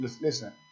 listen